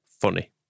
Funny